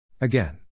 Again